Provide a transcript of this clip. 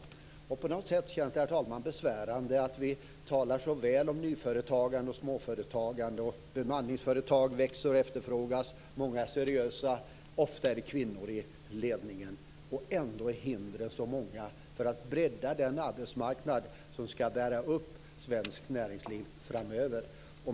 Herr talman! På något sätt känns det besvärande att vi talar så väl om nyföretagande och småföretagande. Och bemanningsföretag växer och efterfrågas. Många är seriösa, och ofta är det kvinnor i ledningen. Men ändå är hindren så många för att bredda den arbetsmarknad som ska bära upp svenskt näringsliv framöver.